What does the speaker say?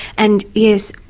and yes,